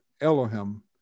Elohim